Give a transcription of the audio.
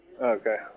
Okay